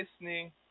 listening